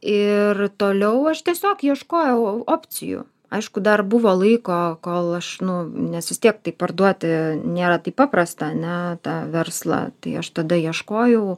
ir toliau aš tiesiog ieškojau opcijų aišku dar buvo laiko kol aš nu nes vis tiek tai parduoti nėra taip paprasta ane tą verslą tai aš tada ieškojau